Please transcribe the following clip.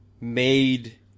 made